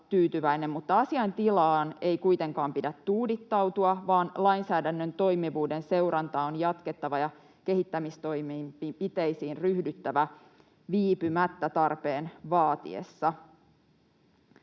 mutta asiaintilaan ei kuitenkaan pidä tuudittautua, vaan lainsäädännön toimivuuden seurantaa on jatkettava ja kehittämistoimenpiteisiin ryhdyttävä viipymättä tarpeen vaatiessa.